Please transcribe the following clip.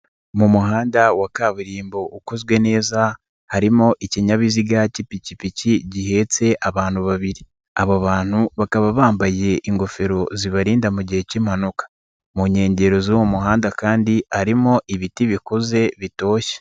Mu muhanda wa kaburimbo ukozwe neza harimo ikinyabiziga k'ipikipiki gihetse abantu babiri, abo bantu bakaba bambaye ingofero zibarinda mu gihe k'impanuka, mu nkengero z'uwo muhanda kandi harimo ibiti bikuze bitoshye.